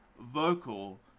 vocal